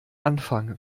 anfang